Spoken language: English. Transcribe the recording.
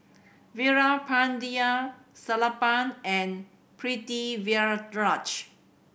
Veerapandiya Sellapan and Pritiviraj